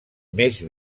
més